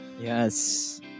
Yes